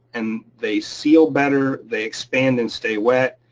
and they seal better. they expand and stay wet,